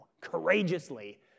courageously